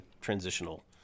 transitional